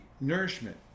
nourishment